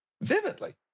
Vividly